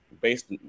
based